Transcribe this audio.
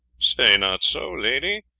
say not so, lady,